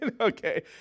Okay